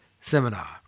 seminar